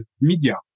media